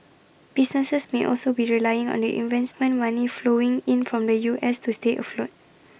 businesses may also be relying on the investment money flowing in from the U S to stay afloat